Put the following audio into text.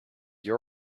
you